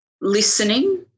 listening